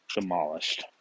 demolished